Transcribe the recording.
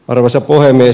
arvoisa puhemies